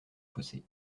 fossé